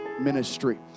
ministry